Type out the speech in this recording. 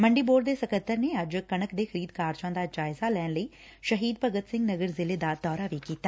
ਮੰਡੀ ਬੋਰਡ ਦੇ ਸਕੱਤਰ ਨੇ ਅੱਜ ਕਣਕ ਦੇ ਖਰੀਦ ਕਾਰਜਾਂ ਦਾ ਜਾਇਜ਼ਾ ਲੈਣ ਲਈ ਸ਼ਹੀਦ ਭਗਤ ਸਿੰਘ ਨਗਰ ਜ਼ਿਲ੍ਹੇ ਦਾ ਦੌਰਾ ਕੀਤਾ